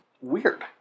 weird